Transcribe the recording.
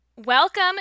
Welcome